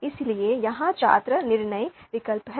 इसलिए यहां छात्र निर्णय विकल्प हैं